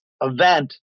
event